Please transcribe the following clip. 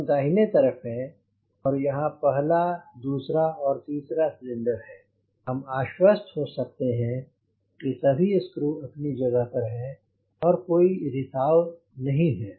हम दाहिने तरफ हैं और यहाँ पहला दूसरा और तीसरा सिलेंडर है हम आश्वस्त हो सकते हैं कि सभी स्क्रू अपनी जगह पर हैं और कोई रिसाव नहीं है